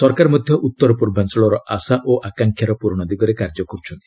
ସରକାର ମଧ୍ୟ ଉତ୍ତର ପୂର୍ବାଞ୍ଚଳର ଆଶା ଓ ଆକାଂକ୍ଷାର ପୂରଣ ଦିଗରେ କାର୍ଯ୍ୟ କର୍ରଛନ୍ତି